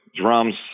drums